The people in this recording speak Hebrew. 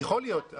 יכול להיות.